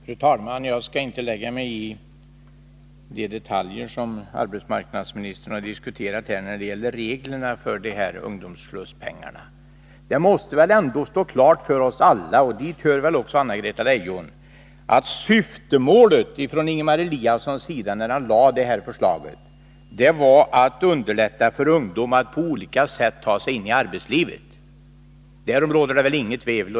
Fru talman! Jag skall inte lägga mig i den diskussion som arbetsmarknadsministern har fört om detaljerna i reglerna för hur medlen till ungdomsslussarna skall användas. Det måste ändå stå klart för oss alla — och dit hör väl också Anna-Greta Leijon — att syftemålet från Ingemar Eliassons sida med det här förslaget var att underlätta för ungdomarna att på olika sätt ta sig in i arbetslivet — därom borde det inte råda något tvivel.